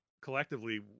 collectively